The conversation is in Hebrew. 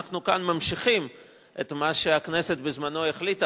אנחנו ממשיכים כאן את מה שהכנסת בזמנו החליטה,